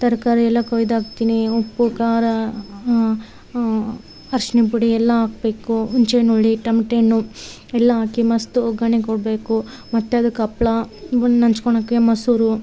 ತರಕಾರಿ ಎಲ್ಲ ಕೊಯ್ದು ಹಾಕ್ತಿನೀ ಉಪ್ಪು ಖಾರ ಅರಿಶ್ನ ಪುಡಿ ಎಲ್ಲ ಹಾಕ್ಬೇಕು ಹುಣ್ಸೆಹಣ್ಣು ಹುಳಿ ಟಮ್ಟೆ ಹಣ್ಣು ಎಲ್ಲ ಹಾಕಿ ಮಸ್ತು ಒಗ್ಗರಣೆ ಕೊಡಬೇಕು ಮತ್ತು ಅದಕ್ಕೆ ಹಪ್ಳ ಇವುನ್ನ ನಂಚ್ಕೋಳಕ್ಕೆ ಮೊಸರು